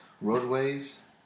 roadways